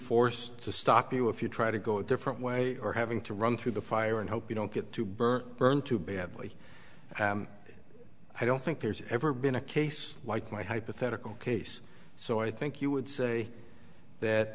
force to stop you if you try to go a different way or having to run through the fire and hope you don't get to burn burn too badly i don't think there's ever been a case like my hypothetical case so i think you would say that